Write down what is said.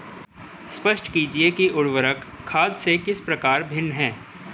स्पष्ट कीजिए कि उर्वरक खाद से किस प्रकार भिन्न है?